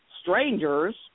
strangers